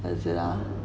what is it ah